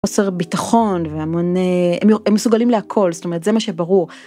חוסר ביטחון והמון... הם מסוגלים להכל, זאת אומרת, זה מה שברור.